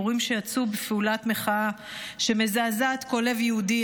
הורים שיצאו בפעולת מחאה שמזעזעת כל לב יהודי.